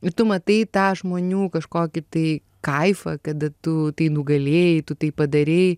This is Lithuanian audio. ir tu matai tą žmonių kažkokį tai kaifą kada tu tai nugalėjai tu tai padarei